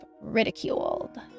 ridiculed